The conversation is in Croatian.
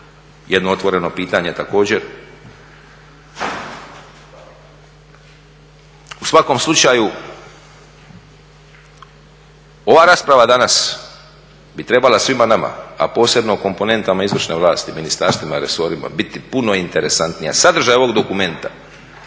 jedno otvoreno pitanje također. U svakom slučaju, ova rasprava danas bi trebala svima nama, a posebno komponentama izvršne vlasti, ministarstvima i resorima biti puno interesantnija. Sadržaj ovog dokumenta